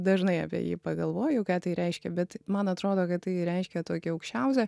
dažnai apie jį pagalvoju ką tai reiškia bet man atrodo kad tai reiškia tokį aukščiausią